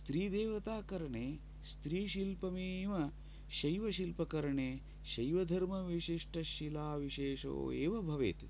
स्त्रीदेवताकरणे स्त्रीशिल्पमेव शैवशिल्पकरणे शैवधर्मविशिष्टशिला विशेषो एव भवेत्